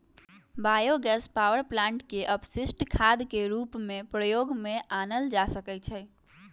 bio gas power plant के अपशिष्ट खाद के रूप में प्रयोग में आनल जा सकै छइ